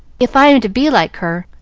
if i am to be like her,